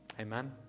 Amen